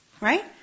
Right